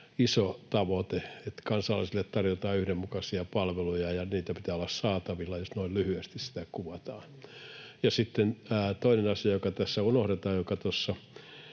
iso tavoite, että kansalaisille tarjotaan yhdenmukaisia palveluja ja niitten pitää olla saatavilla, jos noin lyhyesti sitä kuvataan. Sitten toinen asia, joka tässä unohdetaan,